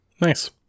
Nice